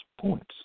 points